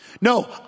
No